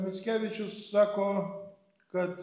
mickevičius sako kad